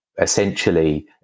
essentially